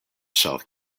south